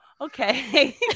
okay